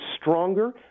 stronger